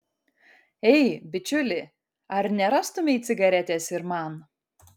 ei bičiuli ar nerastumei cigaretės ir man